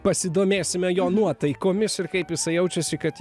pasidomėsime jo nuotaikomis ir kaip jisai jaučiasi kad